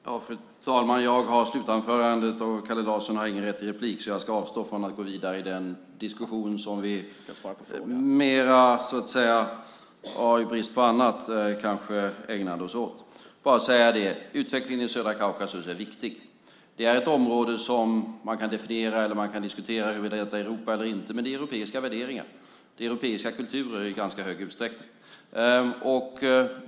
Fru talman! Jag har slutanförandet och Kalle Larsson har ingen rätt till inlägg så jag ska avstå från att gå vidare i den diskussion som vi i brist på annat ägnade oss åt. Utvecklingen i södra Kaukasus är viktig. Man kan diskutera om området är Europa eller inte, men det har europeiska värderingar och europeiska kulturer i ganska stor utsträckning.